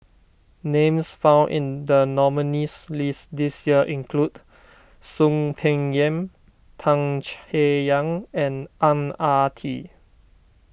names found in the nominees' list this year include Soon Peng Yam Tan Chay Yan and Ang Ah Tee